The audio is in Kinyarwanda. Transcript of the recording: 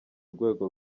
rwego